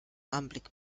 anblick